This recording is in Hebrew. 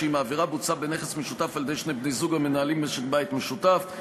אם העבירה בוצעה בנכס משותף על-ידי שני בני-זוג המנהלים משק-בית משותף,